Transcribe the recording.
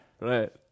right